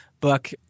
book